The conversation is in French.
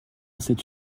cette